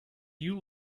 you